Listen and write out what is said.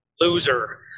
loser